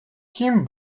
kim